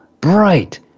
bright